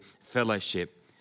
fellowship